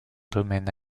domaine